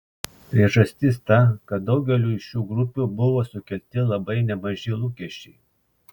priežastis ta kad daugeliui šių grupių buvo sukelti labai nemaži lūkesčiai